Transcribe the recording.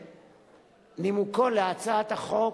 בנימוקו להצעת החוק,